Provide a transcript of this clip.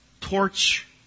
torch